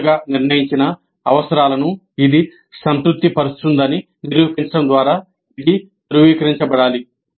ముందస్తుగా నిర్ణయించిన అవసరాలను ఇది సంతృప్తి పరుస్తుందని నిరూపించడం ద్వారా ఇది ధృవీకరించబడాలి